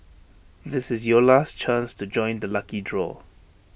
this is your last chance to join the lucky draw